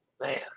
Man